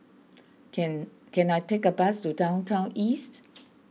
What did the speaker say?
can can I take a bus to Downtown East